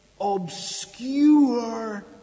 obscure